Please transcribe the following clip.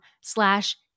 slash